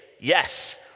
yes